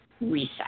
reset